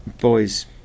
boys